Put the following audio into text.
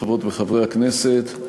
חברות וחברי הכנסת,